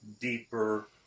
deeper